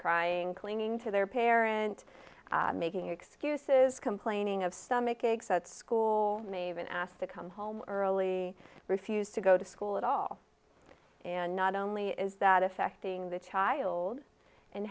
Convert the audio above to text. crying clinging to their parent making excuses complaining of stomach aches at school and they've been asked to come home early refused to go to school at all and not only is that affecting the child and